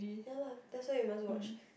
ya lah that's why you must watch